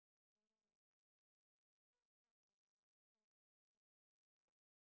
and I got uh the first top layer is full of I think is potatoes